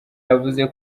yavuze